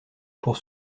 pour